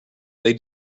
they